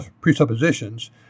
presuppositions